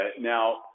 Now